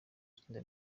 itsinda